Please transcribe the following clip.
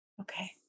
okay